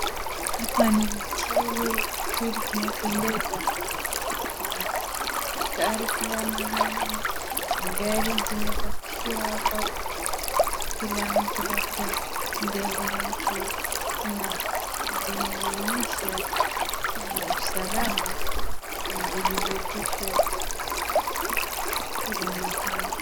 Hapa ni mjini , mjini kunapendeza na gari kila mahali, magari zimepakiwa hapo kila mtu labda ma gari lake na vinaonyesha kuna usalama na thibitisho ya afya kila mahali.